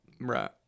Right